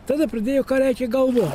tada pradėjo ką reikia galvo